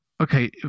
Okay